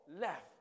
left